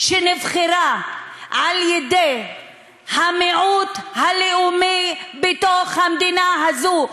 שנבחרה על-ידי המיעוט הלאומי בתוך המדינה הזאת,